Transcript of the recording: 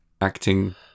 acting